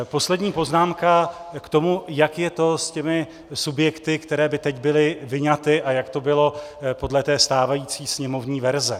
Poslední poznámka k tomu, jak je to s těmi subjekty, které by teď byly vyňaty, a jak to bylo podle té stávající sněmovní verze.